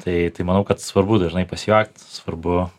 tai tai manau kad svarbu dažnai pasijuokt svarbu